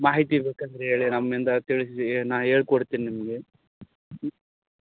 ಮಾಹಿತಿ ಬೇಕಂದ್ರೆ ಹೇಳಿ ನಮ್ಮಿಂದ ತಿಳಿಸಿ ನಾನು ಹೇಳ್ಕೊಡ್ತೀನ್ ನಿಮಗೆ ಹ್ಞೂ